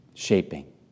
Shaping